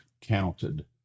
counted